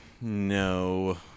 No